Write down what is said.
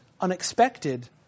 unexpected